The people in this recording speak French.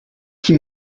qui